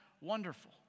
Wonderful